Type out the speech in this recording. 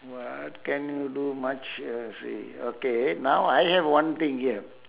what can you do much uh see okay now I have one thing here